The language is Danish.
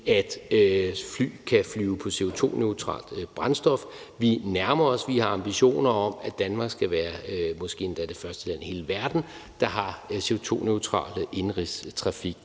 så fly kan flyve på CO2-neutralt brændstof. Vi nærmer os. Vi har ambitioner om, at Danmark skal være måske endda det første land i hele verden, der har CO2-neutral indenrigstrafik.